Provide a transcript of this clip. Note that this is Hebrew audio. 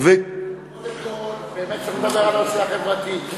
קודם כול, באמת צריכים לדבר על הנושא החברתי.